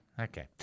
Okay